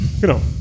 genau